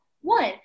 one